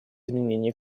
изменения